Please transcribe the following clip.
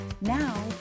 Now